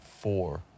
four